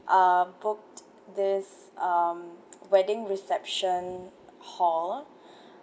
um booked this um wedding reception hall